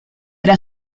era